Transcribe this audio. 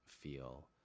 feel